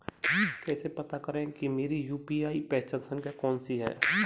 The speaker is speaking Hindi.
कैसे पता करें कि मेरी यू.पी.आई पहचान संख्या कौनसी है?